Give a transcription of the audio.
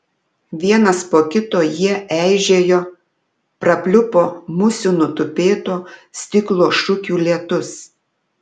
vienas po kito jie eižėjo prapliupo musių nutupėto stiklo šukių lietus